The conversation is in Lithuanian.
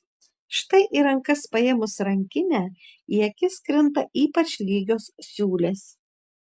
štai į rankas paėmus rankinę į akis krinta ypač lygios siūlės